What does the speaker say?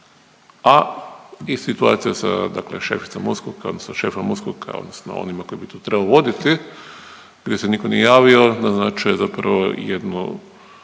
a i situacija sa dakle šeficom USKOK-a, odnosno šefom USKOK-a, odnosno onima koji bi to trebali voditi gdje se nitko nije javio, naznačio zapravo jednu